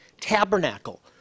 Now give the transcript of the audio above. tabernacle